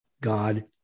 God